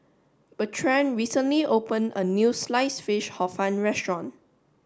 Bertrand recently opened a new sliced fish hor fun restaurant